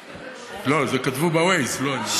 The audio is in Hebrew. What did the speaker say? לא, זה כתבו ב-Waze, לא אני.